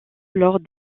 lors